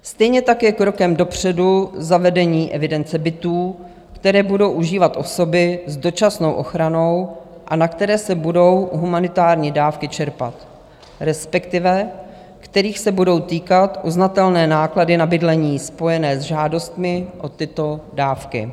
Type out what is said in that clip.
Stejně tak je krokem dopředu zavedení evidence bytů, které budou užívat osoby s dočasnou ochranou a na které se budou humanitární dávky čerpat, respektive kterých se budou týkat uznatelné náklady na bydlení spojené se žádostmi o tyto dávky.